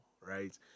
right